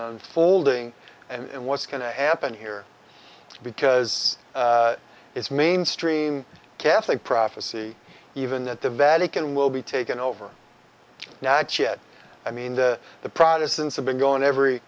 unfolding and what's going to happen here because it's mainstream catholic prophecy even that the vatican will be taken over now yet i mean the the protestants have been going every